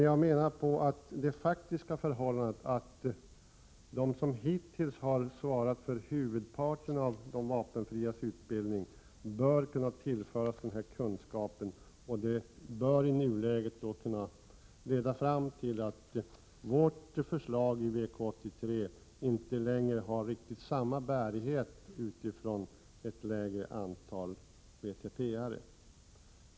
Jag menar dock att det faktiska förhållandet att de som hittills har svarat för huvudparten av de vapenfrias utbildning bör kunna tillföras denna kunskap i nuläget, bör leda fram till att vårt förslag i VK 83 inte längre har riktigt samma bärighet, sett utifrån ett lägre antal vtp-are.